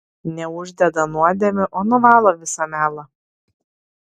neuždeda nuodėmių o nuvalo visą melą